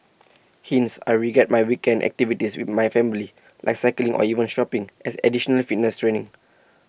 hence I regard my weekend activities with my family like cycling or even shopping as additional fitness training